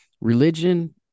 Religion